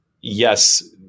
yes